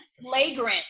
Flagrant